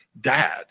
dad